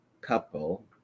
couple